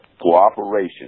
cooperation